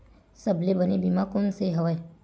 सबले बने बीमा कोन से हवय?